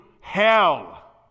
hell